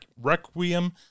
Requiem